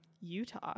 Utah